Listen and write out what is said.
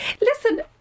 Listen